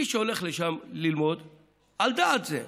ומי שהולך לשם ללמוד זה על דעת זה,